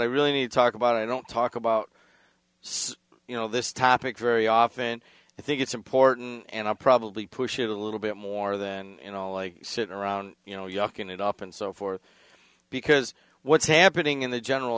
i really need to talk about i don't talk about you know this topic very often i think it's important and i probably push it a little bit more than you know like sitting around you know yucking it up and so forth because what's happening in the general